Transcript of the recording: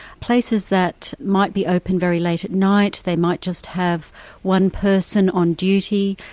places that might be open very late at night, they might just have one person on duty,